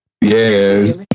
Yes